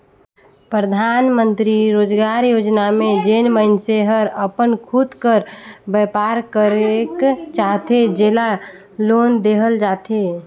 परधानमंतरी रोजगार योजना में जेन मइनसे हर अपन खुद कर बयपार करेक चाहथे जेला लोन देहल जाथे